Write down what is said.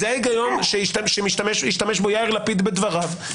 זה ההיגיון שהשתמש בו יאיר לפיד בדבריו.